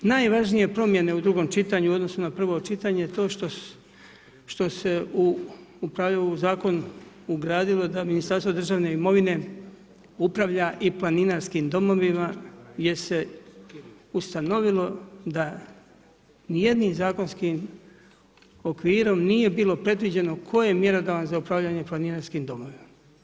Najvažnije promijene u drugom čitanju, u odnosu na prvo čitanje, to što se u pravilu u zakon, ugradilo da Ministarstvo državne imovine, upravlja i planinarskim domovima, gdje se ustanovilo, da ni jednim zakonskim okvirom, nije bilo predviđeno, tko je mjerodavan za upravljanje planinarskim domovima.